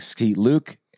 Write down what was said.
Luke